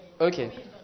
Okay